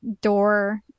door